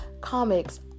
comics